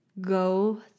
go